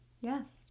Yes